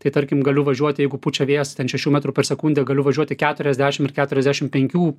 tai tarkim galiu važiuot jeigu pučia vėjas ten šešių metrų per sekundę galiu važiuoti keturiasdešim ir keturiasdešim penkių